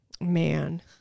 man